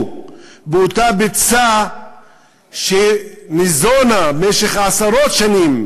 באותה ביצה שניזונה במשך עשרות שנים